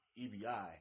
EBI